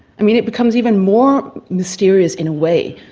i mean it becomes even more mysterious, in a way,